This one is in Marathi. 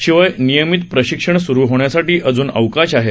शिवाय नियमित प्रशिक्षण सुरू होण्यासाठी अजून अवकाश आहे